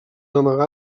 amagar